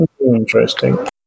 Interesting